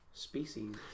Species